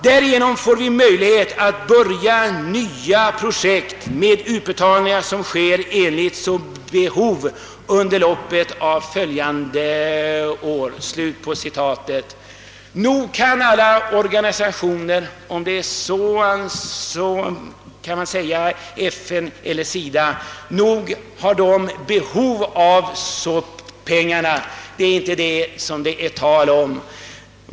Därigenom får vi möjlighet att börja nya projekt, med utbetalningar som sker, enligt behov, under loppet av följande år.» Nog har alla organisationer, om det så är FN eller SIDA, behov av pengarna — det är inte det frågan gäller.